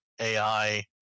AI